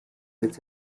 its